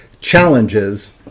challenges